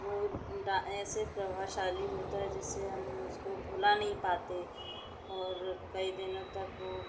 वो ऐसे प्रभावशाली होता है जिससे हम उसको भुला नहीं पाते और कई दिनों तक वो